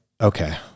okay